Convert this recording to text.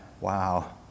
Wow